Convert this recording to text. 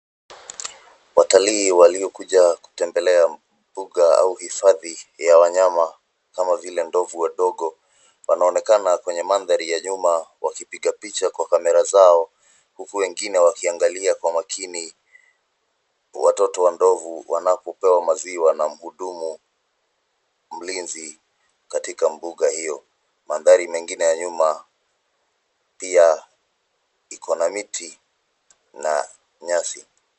Watalii waliokuja kutembelea mbuga au hifadhi ya wanyama kama vile ndovu wadogo; wanaonekana kwenye mandhari ya nyuma wakipiga picha kwa kamera zao, huku wengine wakiangalia kwa makini watoto wa ndovu wanapopewa maziwa na mhudumu, mlinzi katika mbuga hiyo. Mandhari hiyo iko na miti na nyasi.